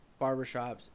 barbershops